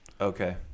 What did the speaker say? Okay